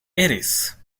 eres